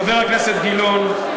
חבר הכנסת גילאון,